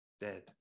dead